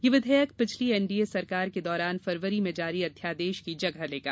यह विधेयक पिछली एनडीए सरकार के दौरान फरवरी में जारी अध्यादेश की जगह लेगा